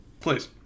Please